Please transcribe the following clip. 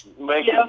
make